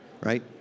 right